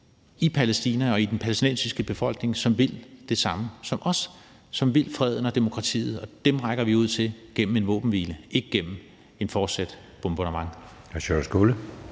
i Palæstina og i den palæstinensiske befolkning, som vil det samme som os, og som vil freden og demokratiet. Dem rækker vi ud til gennem en våbenhvile, ikke gennem et fortsat bombardement.